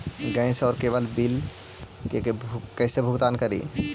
Gas और cable bill के कैसे भुगतान करी?